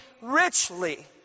richly